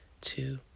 two